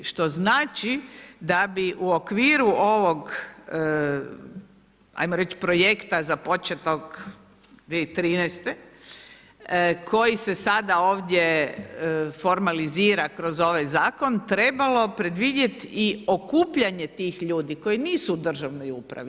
Što znači, da bi u okviru ovog ajmo reći projekta započetog 2013. koji se sada ovdje formalizira kroz ovaj zakon trebalo predvidjet i okupljanje tih ljudi koji nisu u državnoj upravi.